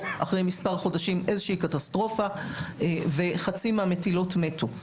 אחרי מספר חודשים איזושהי קטסטרופה וחצי מהמטילות מתו.